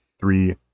three